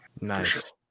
Nice